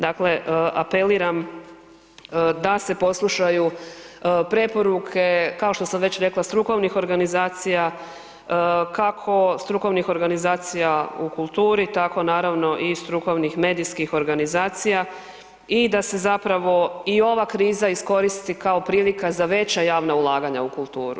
Dakle apeliram da se poslušaju preporuke, kao što sam već rekla, strukovnih organizacija kako strukovnih organizacija u kulturi tako naravno i strukovnih medijskih organizacija i da se zapravo i ova kriza iskoristi kao prilika za veća javna ulaganja u kulturu.